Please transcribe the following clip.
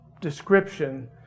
description